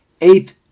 Eight